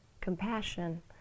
compassion